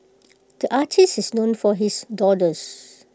the artist is known for his doodles